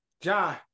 John